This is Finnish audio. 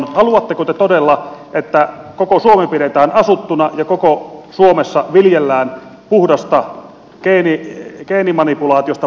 haluatteko te todella että koko suomi pidetään asuttuna ja koko suomessa viljellään puhdasta geenimanipulaatiosta vapaata ruokaa